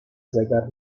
zegar